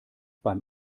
beim